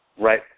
right